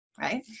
right